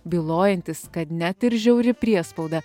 bylojantis kad net ir žiauri priespauda